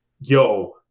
Yo